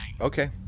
Okay